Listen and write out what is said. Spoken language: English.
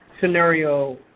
scenario